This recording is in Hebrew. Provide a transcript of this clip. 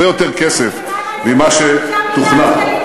הרבה יותר כסף ממה שתוכנן.